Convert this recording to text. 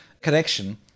connection